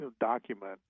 document